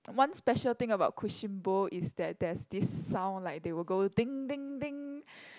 one special thing about Kuishin-bo is that there's this sound like they will go ding ding ding